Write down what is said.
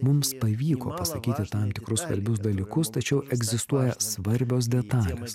mums pavyko pasakyti tam tikrus svarbius dalykus tačiau egzistuoja svarbios detalės